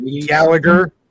Gallagher